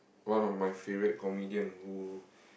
one of my favourite comedian who